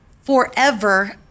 forever